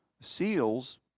SEALs